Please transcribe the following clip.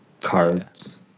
Cards